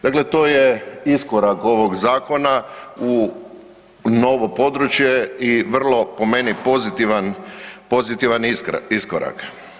Dakle, to je iskorak ovoga zakona u novo područje i vrlo po meni pozitivan iskorak.